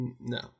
No